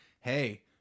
hey